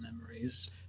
memories